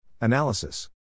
Analysis